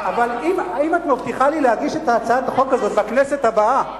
אבל אם את מבטיחה לי להגיש את הצעת החוק הזאת בכנסת הבאה,